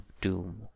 doom